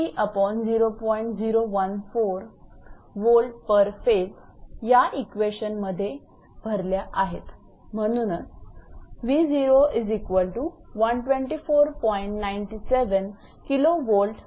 97 𝑘𝑉𝑝ℎ𝑎𝑠𝑒 हे उत्तर मिळाले